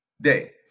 day